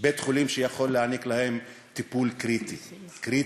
בית-חולים שיכול להעניק להם טיפול במצב קריטי.